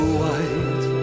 white